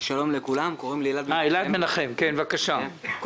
יש